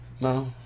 no